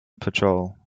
patrol